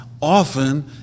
often